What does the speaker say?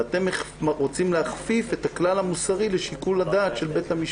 ואתם רוצים להכפיף את הכלל המוסרי לשיקול הדעת של בית המשפט.